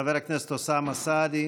חבר הכנסת אוסאמה סעדי,